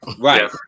Right